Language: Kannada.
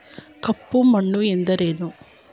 ಕಪ್ಪು ಮಣ್ಣು ಎಂದರೇನು?